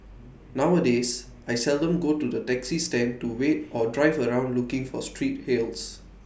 nowadays I seldom go to the taxi stand to wait or drive around looking for street hails